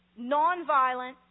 nonviolent